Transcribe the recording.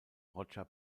roger